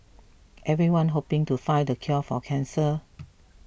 everyone hoping to find the cure for cancer